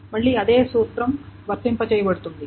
మళ్లీ అదే సూత్రం వర్తింపజేయబడుతుంది